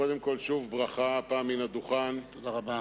קודם כול שוב ברכה, הפעם מן הדוכן, תודה רבה.